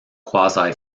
quasi